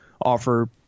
offer